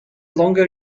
longer